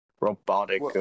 robotic